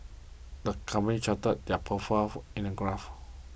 the company charted their profits in a graph